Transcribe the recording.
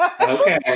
Okay